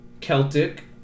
celtic